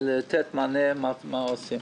ולתת מענה, מה עושים.